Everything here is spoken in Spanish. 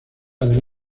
del